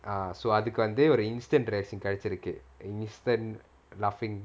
ah so அதுக்கு வந்து ஒரு:athuku vanthu oru instant instant laughing